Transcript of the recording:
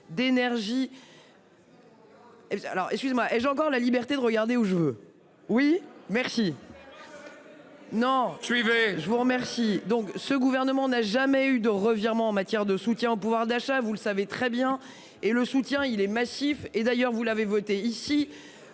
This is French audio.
d'énergie. Et alors excuse moi et j'ai encore la liberté de regarder ou je veux oui merci. Non. Suivez. Je vous remercie. Donc, ce gouvernement n'a jamais eu de revirement en matière de soutien au pouvoir d'achat, vous le savez très bien et le soutien il est massif et d'ailleurs vous l'avez voté ici.